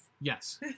yes